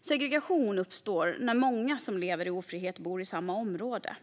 Segregation uppstår när många som lever i ofrihet bor i samma område.